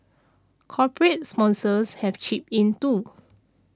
corporate sponsors have chipped in too